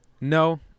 no